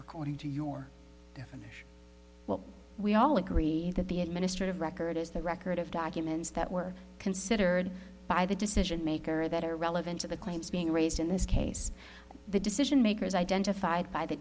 according to your definition well we all agree that the administrative record is the record of documents that were considered by the decision maker that are relevant to the claims being raised in this case the decision makers identified by the